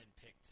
picked